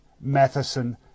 Matheson